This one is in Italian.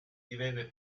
divenne